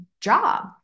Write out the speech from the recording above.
job